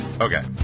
okay